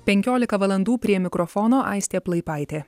penkiolika valandų prie mikrofono aistė plaipaitė